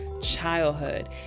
childhood